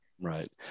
Right